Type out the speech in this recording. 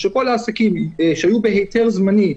שכל העסקים שהיו בהיתר זמני,